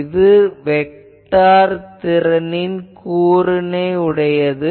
இது வெக்டார் திறனின் கூறு உடையது